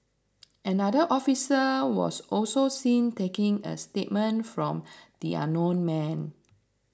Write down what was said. another officer was also seen taking a statement from the unknown man